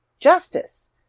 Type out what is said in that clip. justice